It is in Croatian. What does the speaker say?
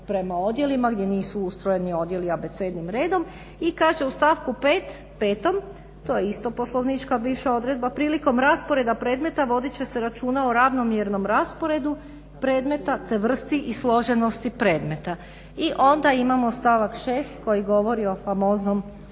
prema odjelima gdje nisu ustrojeni odjeli abecednim redom i kaže u stavku 5.to je isto bivša poslovnička odredba prilikom rasporeda predmeta vodit će se računa o ravnomjernom rasporedu predmeta te vrsti i složenosti predmeta. I onda imamo stavak 6. koji govori o famoznom